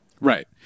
Right